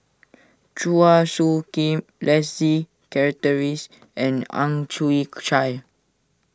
Chua Soo Khim Leslie Charteris and Ang Chwee Chai